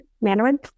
Mandarin